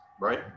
right